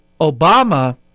Obama